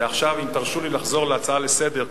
ועכשיו אם תרשו לי לחזור להצעה לסדר-היום,